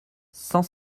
cent